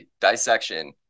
dissection